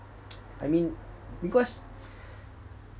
I mean because